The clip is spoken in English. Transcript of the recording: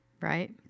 right